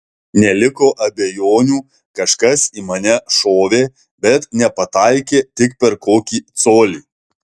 neliko abejonių kažkas į mane šovė bet nepataikė tik per kokį colį